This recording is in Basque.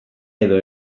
edo